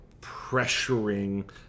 pressuring